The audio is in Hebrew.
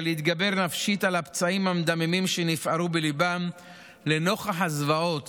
להתגבר נפשית על הפצעים המדממים שנפערו בליבם לנוכח הזוועות